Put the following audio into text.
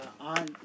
on